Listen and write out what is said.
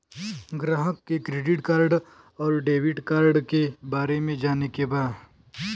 ग्राहक के credit card और डेविड कार्ड के बारे में जाने के बा?